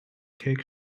cake